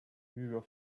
were